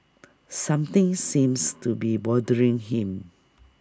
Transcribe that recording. something seems to be bothering him